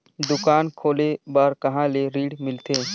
दुकान खोले बार कहा ले ऋण मिलथे?